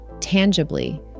tangibly